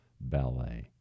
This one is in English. ballet